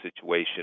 situation